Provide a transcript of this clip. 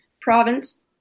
province